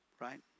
Right